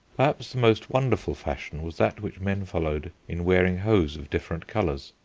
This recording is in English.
perhaps the most wonderful fashion was that which men followed in wearing hose of different colours.